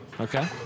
Okay